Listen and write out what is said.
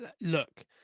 Look